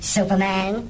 Superman